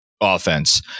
offense